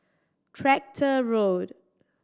Tractor Road